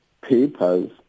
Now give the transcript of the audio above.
papers